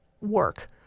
work